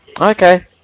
Okay